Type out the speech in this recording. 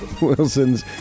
wilsons